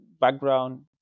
background